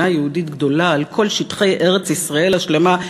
יהודית גדולה על כל שטחי ארץ-ישראל השלמה,